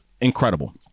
incredible